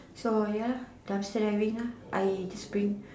so ya lah dumpster diving lah I just bring